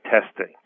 testing